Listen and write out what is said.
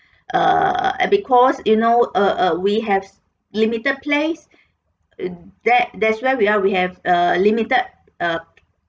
err eh because you know uh uh we have limited place that that's where we are we have uh limited uh